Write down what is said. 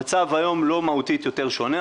המצב היום לא מהותית יותר שונה,